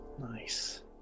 Nice